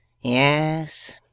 Yes